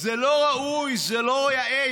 זה לא ראוי, זה לא יאה.